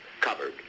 covered